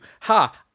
Ha